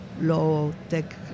low-tech